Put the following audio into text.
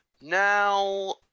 Now